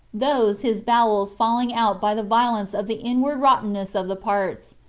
those his bowels falling out by the violence of the inward rottenness of the parts,